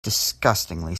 disgustingly